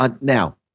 now